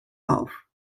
auf